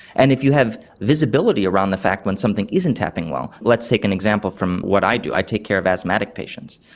and if you have visibility around the fact when something isn't happening well, let's take an example from what i do, i take care of asthmatic patients,